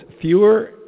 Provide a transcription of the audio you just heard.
fewer